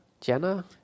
Jenna